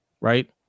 right